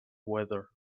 weather